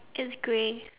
it's grey